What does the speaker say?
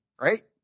right